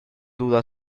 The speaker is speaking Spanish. duda